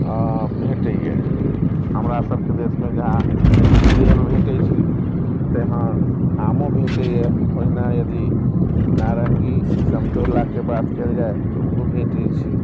भेटेए हमरासभके देशमे जहाँ सेब भेटैत छै तहाँ आमो भेटेए ओहिना यदि नारङ्गी समतोलाके बात कयल जाय तऽ ओहो भेटैत छै